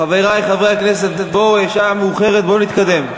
חברי חברי הכנסת, בואו, השעה מאוחרת, בואו נתקדם.